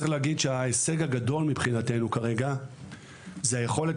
צריך להגיד שההישג הגדול מבחינתנו כרגע זה היכולת